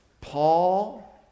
Paul